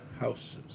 houses